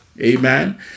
Amen